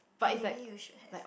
maybe you should have